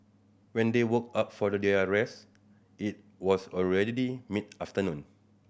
when they woke up for their rest it was already mid afternoon